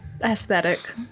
aesthetic